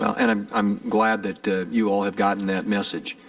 and i'm i'm glad that you all have gotten that message.